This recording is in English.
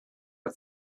are